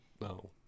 No